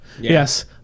yes